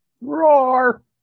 Roar